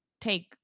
take